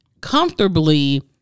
comfortably